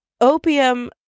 opium